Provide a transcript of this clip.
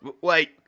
Wait